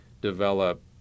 develop